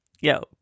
Yo